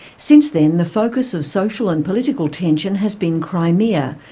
since then, the focus of social and political tension has been crimea,